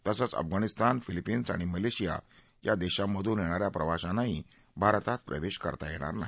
तसंच अफगाणिस्तान फिलिपिन्स आणि मलेशिया या देशांमधून येणाऱ्या प्रवाशांनाही भारतात प्रवेश करता येणार नाही